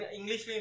English